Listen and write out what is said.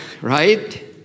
right